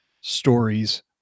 stories